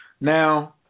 now